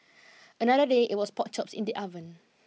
another day it was pork chops in the oven